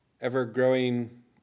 ever-growing